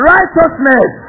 Righteousness